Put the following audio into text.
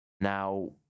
Now